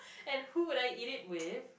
and who would I eat it with